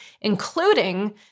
including